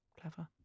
clever